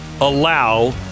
allow